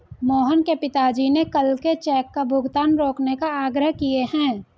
मोहन के पिताजी ने कल के चेक का भुगतान रोकने का आग्रह किए हैं